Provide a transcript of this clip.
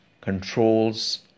controls